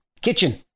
kitchen